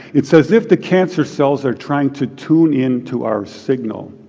it's as if the cancer cells are trying to tune in to our signal.